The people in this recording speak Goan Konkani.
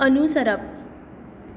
अनुसरप